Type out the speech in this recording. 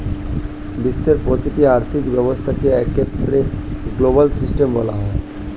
বিশ্বের প্রতিটি আর্থিক ব্যবস্থাকে একত্রে গ্লোবাল সিস্টেম বলা হয়